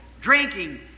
drinking